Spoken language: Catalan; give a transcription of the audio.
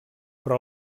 però